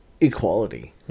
equality